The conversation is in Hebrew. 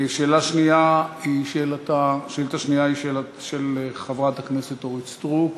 שאילתה שנייה, של חברת הכנסת אורית סטרוק.